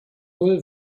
null